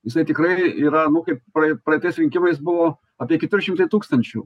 jisai tikrai yra nu kaip praei praeitais rinkimais buvo apie keturi šimtai tūkstančių